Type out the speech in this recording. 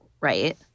right